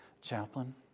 Chaplain